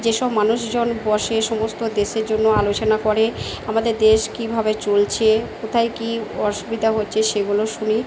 যেসব মানুষজন বসে সমস্ত দেশের জন্য আলোচনা করে আমাদের দেশ কীভাবে চলছে কোথায় কী অসুবিধা হচ্ছে সেগুলো শুনি